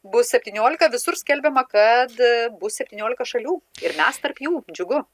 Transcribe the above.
bus septyniolika visur skelbiama kad bus septyniolika šalių ir mes tarp jų džiugu